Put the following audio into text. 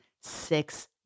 six